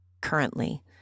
currently